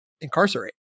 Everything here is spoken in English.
incarcerate